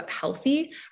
healthy